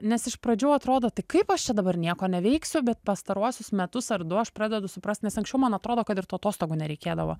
nes iš pradžių atrodo tai kaip aš čia dabar nieko neveiksiu bet pastaruosius metus ar du aš pradedu suprast nes anksčiau man atrodo kad ir tų atostogų nereikėdavo